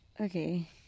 Okay